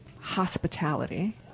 hospitality